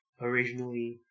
originally